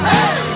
Hey